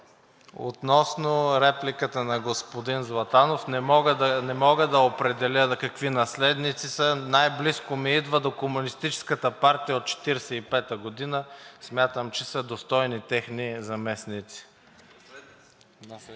Относно репликата на господин Златанов – не мога да определя какви наследници са. Най-близко ми идва – до Комунистическата партия от 1945 г. Смятам, че са достойни техни наследници.